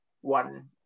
one